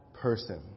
person